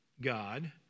God